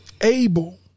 able